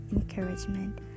Encouragement